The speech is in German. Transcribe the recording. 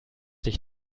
dich